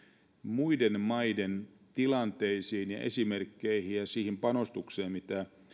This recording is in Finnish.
muiden maiden tilanteisiin ja esimerkkeihin ja siihen panostukseen mitä